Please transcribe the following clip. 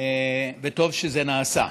וטוב שזה נעשה.